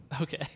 Okay